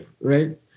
right